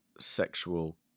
sexual